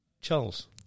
Charles